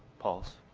pulse.